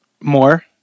More